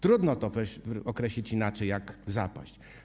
Trudno to określić inaczej jak zapaść.